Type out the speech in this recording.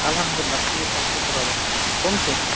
الحمدُاللہ ٹھیٖک حظ شُکُر رۄبس کُن کم چھِو